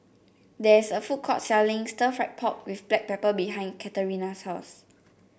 there is a food court selling Stir Fried Pork with Black Pepper behind Katarina's house